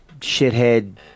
shithead